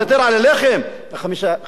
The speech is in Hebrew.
חמש דקות מגיע לי.